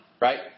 right